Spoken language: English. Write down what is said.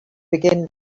begin